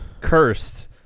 cursed